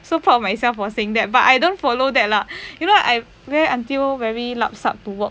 so proud of myself for saying that but I don't follow that lah you know I wear until very lup sup to work